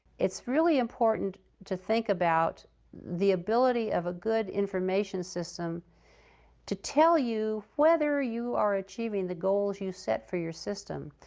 it's really important to think about the ability of a good information system to tell you whether you are achieving the goals you have set for your system.